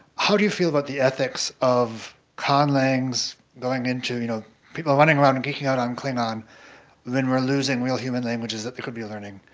how do you feel about the ethics of conlangs going into you know people running around and geeking out on klingon when we're losing real human languages that they could be learning.